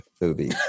movie